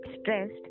stressed